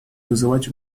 вызывать